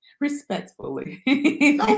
Respectfully